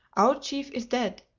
our chief is dead.